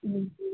हय